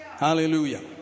Hallelujah